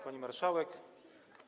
Pani Marszałek!